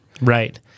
Right